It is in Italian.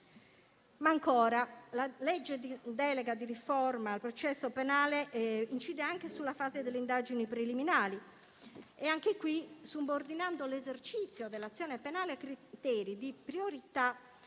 La legge delega di riforma del processo penale incide inoltre sulla fase delle indagini preliminari, anche qui subordinando l'esercizio dell'azione penale a criteri di priorità